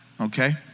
Okay